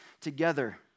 together